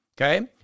Okay